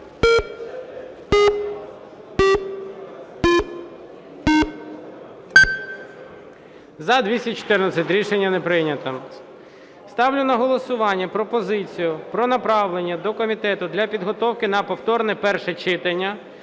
За-214 Рішення не прийнято. Ставлю на голосування пропозицію про направлення до комітету для підготовки на повторне перше читання